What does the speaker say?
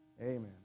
Amen